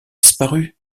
disparu